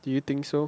do you think so